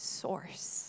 source